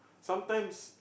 sometimes